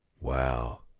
Wow